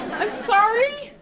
i'm sorry!